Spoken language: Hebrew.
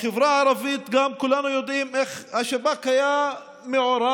בחברה הערבית גם כולנו יודעים איך השב"כ היה מעורב,